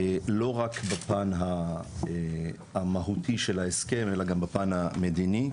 לא רק בפן המהותי של ההסכם אלא גם בפן המדיני.